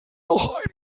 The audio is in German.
noch